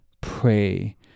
pray